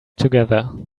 together